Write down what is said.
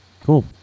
cool